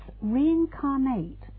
reincarnate